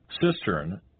cistern